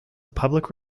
public